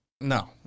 No